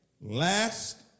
Last